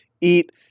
eat